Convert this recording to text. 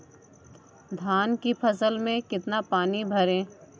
धान की फसल में कितना पानी भरें?